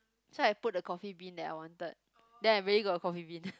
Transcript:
so I put the coffee-bean that I wanted then I really got the coffee-bean